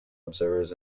observers